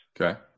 Okay